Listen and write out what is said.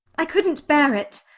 i couldn't bear it.